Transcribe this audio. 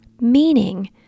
meaning